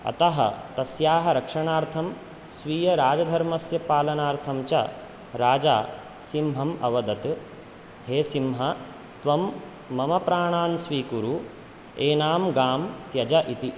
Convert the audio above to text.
अतः तस्याः रक्षणार्थं स्वीयराजधर्मस्य पालनार्थं च राजा सिंहम् अवदत् हे सिंह त्वं मम प्राणान् स्वीकुरु एनां गां त्यज इति